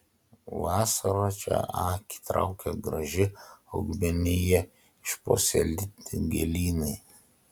vasarą čia akį traukia graži augmenija išpuoselėti gėlynai